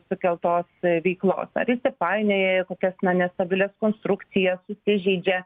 sukeltos veiklos ar įsipainioja į kokias na nestabilias konstrukcijas susižeidžia